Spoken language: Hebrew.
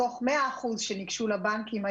מתוך 100% שניגשו לבנקים,